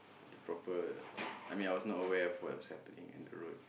at the proper I mean I was not aware of what was happening in the road